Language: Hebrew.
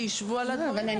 שישבו על הדברים האלה.